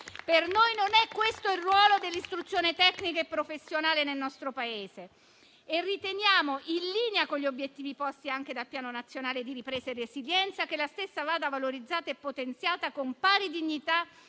Per noi non è questo il ruolo dell'istruzione tecnica e professionale nel nostro Paese e riteniamo in linea con gli obiettivi posti anche dal Piano nazionale di ripresa e resilienza che la stessa vada valorizzata e potenziata con pari dignità